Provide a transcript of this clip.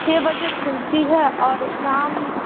چھ بجے کھلتی ہے اور شام